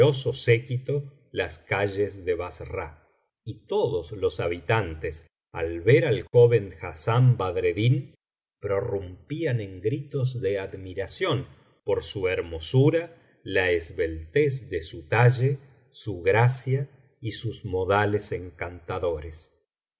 séquito las calles de bassra y todos los habitantes al ver al joven hassán badreddin prorrumpían en gritos de admiración por su hermosura la esbeltez de su talle su gracia y sus modales encantadores y